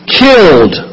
killed